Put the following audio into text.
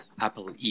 Apple